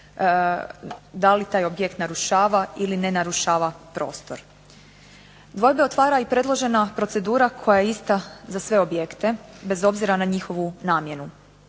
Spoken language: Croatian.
da li taj objekt narušava ili ne narušava prostor. Dvojbe otvara i predložena procedura koja je ista za sve objekte, bez obzira na njihovu namjenu.